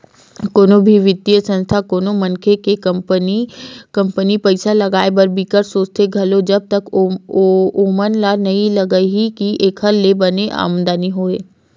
कोनो भी बित्तीय संस्था कोनो मनखे के कंपनी म पइसा लगाए बर बिकट सोचथे घलो जब तक ओमन ल नइ लगही के एखर ले बने आमदानी होही